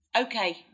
Okay